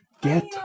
get